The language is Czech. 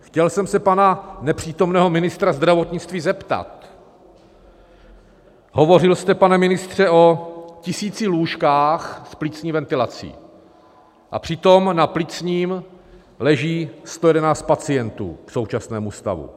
Chtěl jsem se pana nepřítomného ministra zdravotnictví zeptat: hovořil jste, pane ministře, o tisíci lůžkách s plicní ventilací, a přitom na plicním leží 111 pacientů k současnému stavu.